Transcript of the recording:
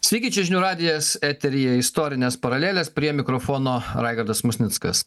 sveiki čia žinių radijas eteryje istorinės paralelės prie mikrofono raigardas musnickas